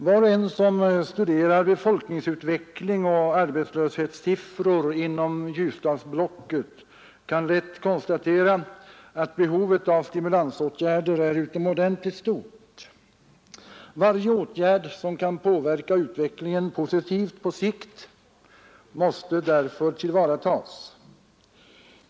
Var och en som studerar befolkningsutveckling och arbetslöshetssiffror inom Ljusdalsblocket kan lätt konstatera att behovet av stimulansåtgärder är utomordentligt stort. Varje åtgärd som positivt kan påverka utvecklingen på sikt måste därför tillvaratas.